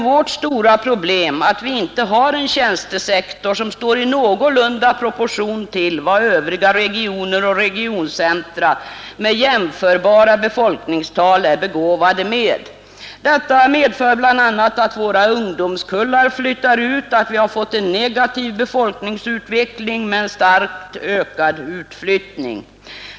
Vårt stora problem är nämligen att vi inte har en tjänstesektor som står någorlunda i proportion till vad övriga regioner och regioncentra med jämförbara befolkningstal är begåvade med. Detta medför bl.a. att våra ungdomskullar flyttar ut, så att vi har fått en negativ befolkningsutveckling med en starkt ökad utflyttning.